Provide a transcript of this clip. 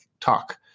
talk